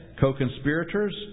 Co-conspirators